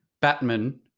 Batman